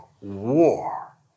war